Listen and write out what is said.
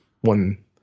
one